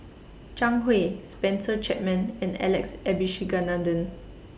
Zhang Hui Spencer Chapman and Alex Abisheganaden